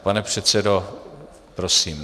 Pane předsedo, prosím.